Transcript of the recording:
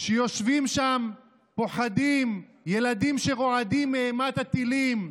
שיושבים שם פוחדים, הילדים שרועדים מאימת הטילים,